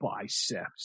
biceps